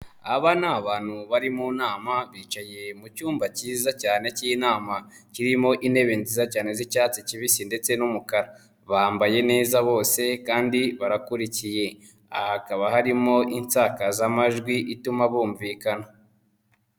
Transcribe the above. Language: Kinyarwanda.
Aba ni abantu bari mu nama, bicaye mu cyumba cyiza cyane cy'inama. Kirimo intebe nziza cyane z'icyatsi kibisi ndetse n'umukara. Bambaye neza bose kandi barakurikiye. Hakaba harimo insakazamajwi ituma bumvikana.